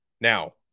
Now